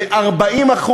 ב-40%,